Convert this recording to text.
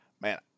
Man